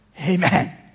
Amen